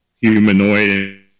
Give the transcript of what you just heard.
humanoid